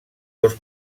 dos